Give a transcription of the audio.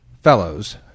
fellows